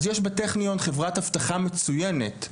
אז יש בטכניון חברת אבטחה מצויינת,